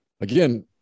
again